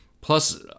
Plus